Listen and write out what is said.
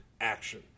action